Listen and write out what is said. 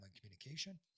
communication